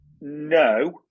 no